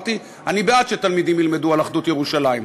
אמרתי: אני בעד שתלמידים ילמדו על אחדות ירושלים.